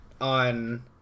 on